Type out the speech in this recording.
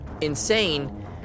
insane